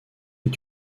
est